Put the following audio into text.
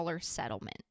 settlement